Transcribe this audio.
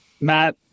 matt